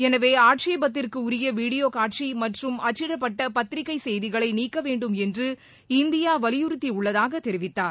எனவே ஆட்சேபத்திற்கு உரிய வீடியோ காட்சி மற்றும் அச்சிடப்பட்ட பத்திரிக்கை செய்திகளை நீக்கவேண்டும் என்று இந்தியா வலியுறுத்தியுள்ளதாக தெரிவித்தார்